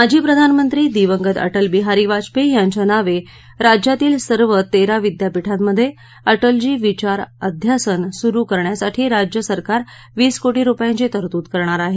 माजी प्रधानमंत्री दिवंगत अटलबिहारी वाजपेयी यांच्या नावे राज्यातील सर्व तेरा विद्यापीठांमध्ये अटलजी विचार अध्यासन सुरू करण्यासाठी राज्य सरकार वीस कोटी रुपयांची तरतूद करणार आहे